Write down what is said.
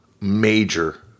major